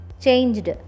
changed